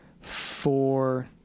four